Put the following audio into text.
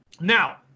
Now